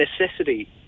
necessity